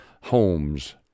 homes